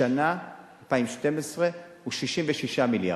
השנה, 2012, הוא 66 מיליארד.